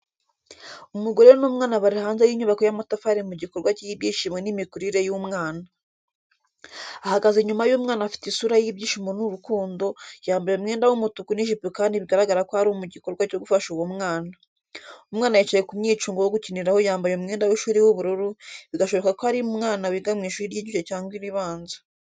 Umugore n’umwana bari hanze y’inyubako y’amatafari mu gikorwa cy’ibyishimo n’imikurire y’umwana. Ahagaze inyuma y’umwana afite isura y’ibyishimo n’urukundo, yambaye umwenda w'umutuku n'ijipo kandi biragaragara ko ari mu gikorwa cyo gufasha uwo mwana. Umwana yicaye ku mwicungo wo gukiniraho yambaye umwenda w’ishuri w’ubururu, bigashoboka ko ari umwana wiga mu ishuri ry’inshuke cyangwa iribanza.